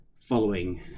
following